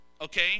okay